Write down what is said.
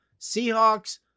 Seahawks